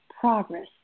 progress